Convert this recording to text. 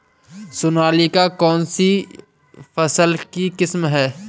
सोनालिका कौनसी फसल की किस्म है?